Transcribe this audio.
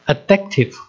Addictive